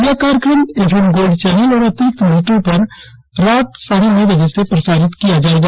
यह कार्यक्रम F M gold channel और अतिरिक्त मीटरों पर रात साढ़े नौ बजे से प्रसारित किया जायेगा